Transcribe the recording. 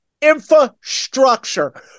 Infrastructure